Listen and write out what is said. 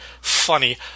funny